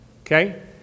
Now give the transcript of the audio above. okay